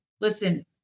listen